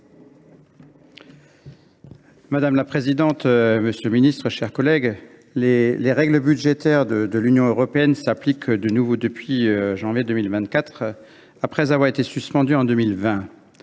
Madame la présidente, monsieur le ministre, mes chers collègues, les règles budgétaires de l’Union européenne s’appliquent de nouveau depuis janvier 2024 après avoir été suspendues en 2020.